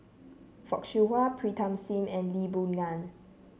Fock Siew Wah Pritam Singh and Lee Boon Ngan